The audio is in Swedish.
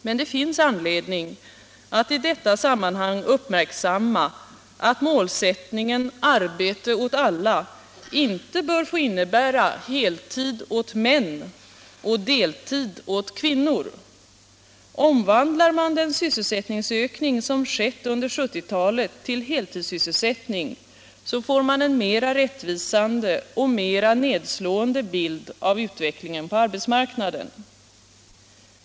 Men det finns anledning att i detta sammanhang uppmärksamma att målsättningen arbete åt alla inte bör få innebära heltid åt män och deltid åt kvinnor. Omvandlar man den sysselsättningsökning som skett under 1970-talet till heltidssysselsättning får man en mera rättvisande och mera nedslående bild av utvecklingen på arbetsmarknaden.